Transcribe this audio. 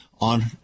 on